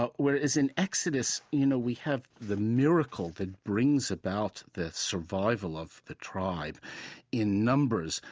ah whereas in exodus, you know, we have the miracle that brings about the survival of the tribe in numbers,